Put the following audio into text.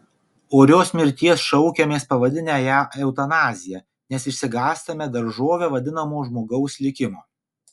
orios mirties šaukiamės pavadinę ją eutanazija nes išsigąstame daržove vadinamo žmogaus likimo